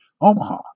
Omaha